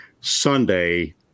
Sunday